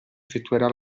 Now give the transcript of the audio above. effettuerà